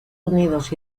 unidos